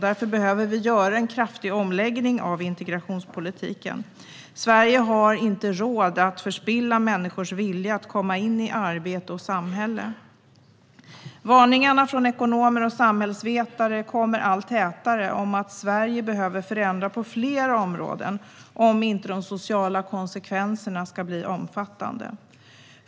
Därför behöver vi göra en kraftig omläggning av integrationspolitiken. Sverige har inte råd att förspilla människors vilja att komma in i arbete och samhälle. Varningarna från ekonomer och samhällsvetare kommer allt tätare om att Sverige behöver förändra på flera områden om inte de sociala konsekvenserna ska bli omfattande.